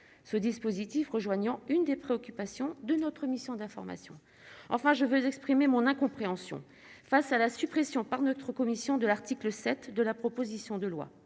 ce dispositif rejoignant une des préoccupations de notre mission d'information, enfin, je veux exprimer mon incompréhension face à la suppression par notre commission de l'article 7 de la proposition de loi